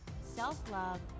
self-love